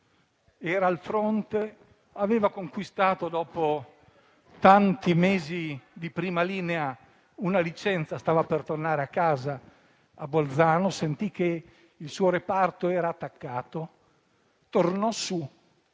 era al fronte e aveva conquistato, dopo tanti mesi di prima linea, una licenza. Stava per tornare a casa, a Bolzano. Sentì che il suo reparto era attaccato: tornò su